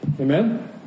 Amen